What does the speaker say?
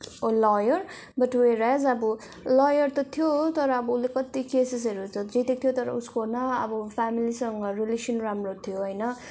oh lawyer but whereas अब lawyer त थियो तर अब उसले कति केसिसहरू त जितेको थियो तर उसको न अब फ्यामिलीसँग रिलेसन राम्रो थियो होइन